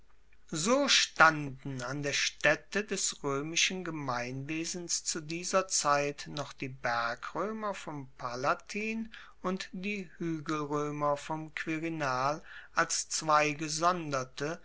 so standen an der staette des roemischen gemeinwesens zu dieser zeit noch die bergroemer vom palatin und die huegelroemer vom quirinal als zwei gesonderte